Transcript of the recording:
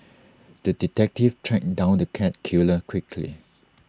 the detective tracked down the cat killer quickly